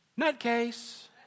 Nutcase